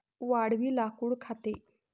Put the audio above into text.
वाळवी लाकूड खाते